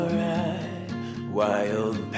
wild